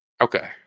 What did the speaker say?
Okay